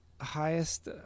highest